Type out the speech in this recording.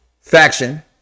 faction